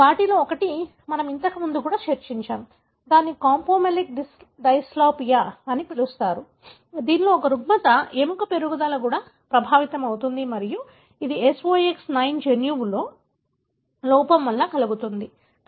వాటిలో ఒకటి మనము ఇంతకు ముందు కూడా చర్చించాము దీనిని క్యాంపొమెలిక్ డైస్ప్లాసియా అని పిలుస్తారు దీనిలో ఒక రుగ్మత ఎముక పెరుగుదల కూడా ప్రభావితమవుతుంది మరియు అది SOX 9 జన్యువులో లోపం వల్ల కలుగుతుంది